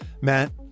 matt